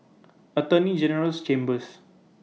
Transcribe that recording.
Attorney General's Chambers